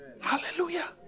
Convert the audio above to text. Hallelujah